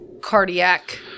cardiac